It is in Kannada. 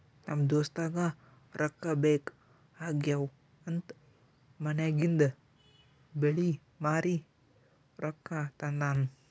ನಮ್ ದೋಸ್ತಗ ರೊಕ್ಕಾ ಬೇಕ್ ಆಗ್ಯಾವ್ ಅಂತ್ ಮನ್ಯಾಗಿಂದ್ ಬೆಳ್ಳಿ ಮಾರಿ ರೊಕ್ಕಾ ತಂದಾನ್